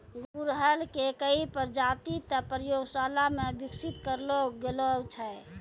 गुड़हल के कई प्रजाति तॅ प्रयोगशाला मॅ विकसित करलो गेलो छै